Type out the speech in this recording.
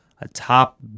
atop